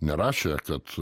nerašė kad